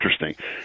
interesting